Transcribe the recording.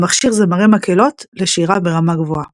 המכשיר זמרי מקהלות לשירה ברמה גבוהה.